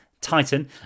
Titan